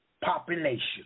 population